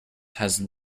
had